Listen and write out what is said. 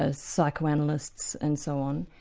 ah psychoanalysts, and so on,